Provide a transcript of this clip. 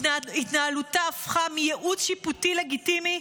התנהלותה הפכה מייעוץ שיפוטי לגיטימי,